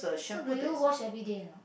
so do you wash everyday or not